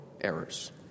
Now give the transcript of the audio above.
errors